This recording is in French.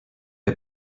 est